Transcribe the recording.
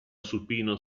supino